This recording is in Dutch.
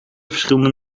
verschillende